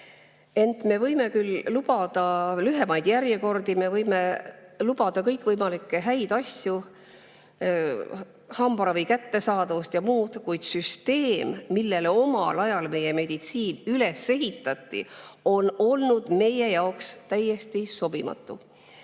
Me võime küll lubada lühemaid järjekordi, me võime lubada kõikvõimalikke häid asju, hambaravi kättesaadavust ja muud, kuid süsteem, millele omal ajal meie meditsiin üles ehitati, on olnud meie jaoks täiesti sobimatu.